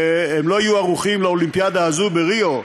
הם לא יהיו ערוכים לאולימפיאדה הזאת בריו,